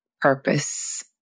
purpose